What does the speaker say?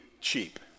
Cheap